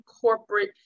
corporate